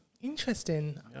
Interesting